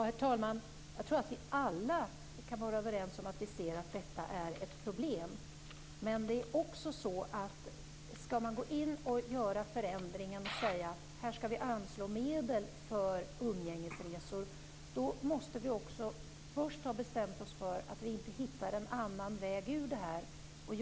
Herr talman! Jag tror att vi alla kan vara överens om att detta är ett problem. Men om vi skall gå in och göra förändringar och anslå medel för umgängesresor måste vi också först ha bestämt oss för att vi inte hittar en annan väg ur problemet.